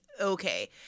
okay